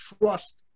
trust